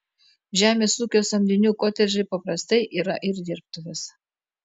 žemės ūkio samdinių kotedžai paprastai yra ir dirbtuvės